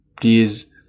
Please